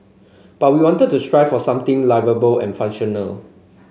but we wanted to strive for something liveable and functional